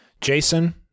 Jason